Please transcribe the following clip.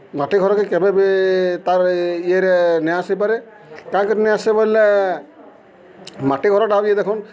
ମାଟି ଘରକେ କେବେ ବି ତାର୍ ଇଏରେ ନେଇଆସିପାରେ କାଁ କରି ନେଇ ଆସେ ବଏଲେ ମାଟି ଘରଟା ବି ଦେଖୁନ୍